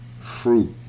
fruit